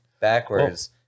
backwards